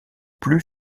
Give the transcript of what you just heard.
plus